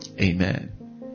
amen